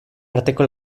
arteko